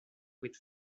with